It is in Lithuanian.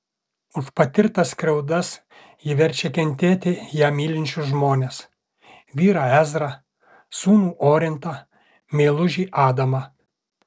už patirtas skriaudas ji verčia kentėti ją mylinčius žmones vyrą ezrą sūnų orintą meilužį adamą